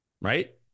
right